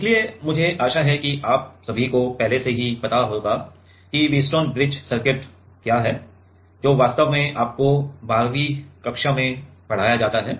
इसलिए मुझे आशा है कि आप सभी को पहले से ही पता होगा कि व्हीटस्टोन ब्रिज सर्किट क्या है जो वास्तव में आपको 12 वीं कक्षा में पढ़ाया जाता है